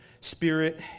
Spirit